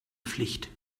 pflicht